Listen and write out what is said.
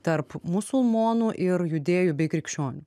tarp musulmonų ir judėjų bei krikščionių